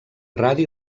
radi